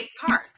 cars